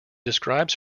describes